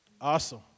Awesome